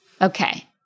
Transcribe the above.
Okay